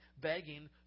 begging